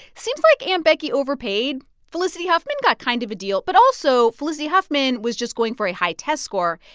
seems like aunt becky overpaid. felicity huffman got kind of a deal, but also felicity huffman was just going for a high test score.